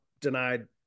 denied